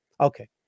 Okay